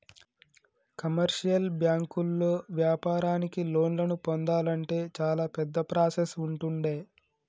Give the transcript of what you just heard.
commercial బ్యాంకుల్లో వ్యాపారానికి లోన్లను పొందాలంటే చాలా పెద్ద ప్రాసెస్ ఉంటుండే